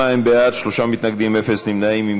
32 בעד, שלושה מתנגדים, אין נמנעים.